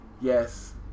yes